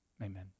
Amen